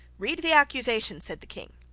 read the accusation said the king.